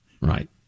Right